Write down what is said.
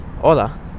Hola